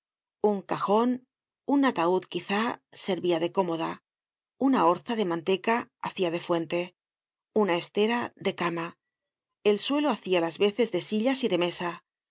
un cajon un ataud quizá servia de cómoda una orza de manteca hacia de fuente una estera de cama el suelo hacia las veces de sillas y de mesa